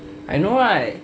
I know right